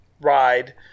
ride